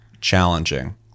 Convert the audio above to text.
challenging